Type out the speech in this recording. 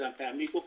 family